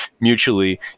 mutually